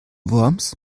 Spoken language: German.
worms